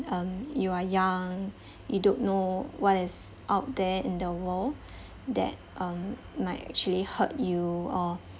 um you are young you don't know what is out there in the world that um might actually hurt you or